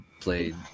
played